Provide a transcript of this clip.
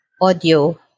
audio